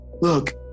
Look